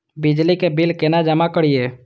बिजली के बिल केना जमा करिए?